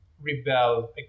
rebel